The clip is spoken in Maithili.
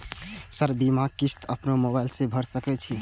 सर बीमा किस्त अपनो मोबाईल से भर सके छी?